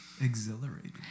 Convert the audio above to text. Exhilarating